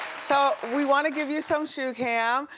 so, we wanna give you some shoe cam.